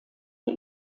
der